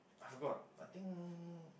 I forgot I think